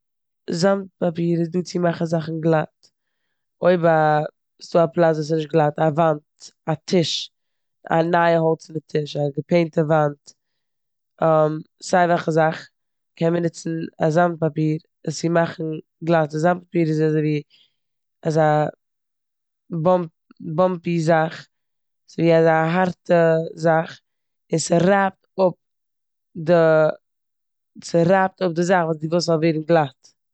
זאמד פאפיר איז דא צו מאכן זאכן גלאט. אויב א- ס'דא א פלאץ וואס איז נישט גלאט, א וואנט, א טיש, א נייע האלצענע טיש, א געפעינטע וואנט סיי וועלכע זאך, קען מען נוצן א זאמד פאפיר עס צו מאכן גלאט. די זאמד פאפיר איז אזויווי אזא באמ- באמפי זאך, אזויווי אזא הארטע זאך און ס'רייבט אפ די- ס'רייבט אפ די זאך וואס די ווילסט ס'זאל ווערן גלאט.